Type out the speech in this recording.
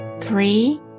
three